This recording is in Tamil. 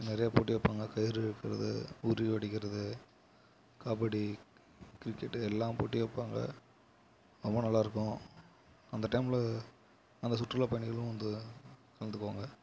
நிறைய போட்டி வைப்பாங்க கயிறு இழுக்கிறது உரி அடிக்கிறது கபடி கிரிக்கெட்டு எல்லா போட்டியும் வைப்பாங்க ரொம்ப நல்லா இருக்கும் அந்த டைமில் அந்த சுற்றுலாப் பயணிகளும் வந்து கலந்துக்குவாங்க